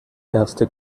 erste